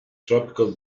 tropical